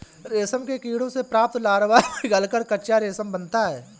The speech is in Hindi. रेशम के कीड़ों से प्राप्त लार्वा पिघलकर कच्चा रेशम बनाता है